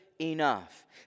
enough